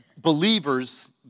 believers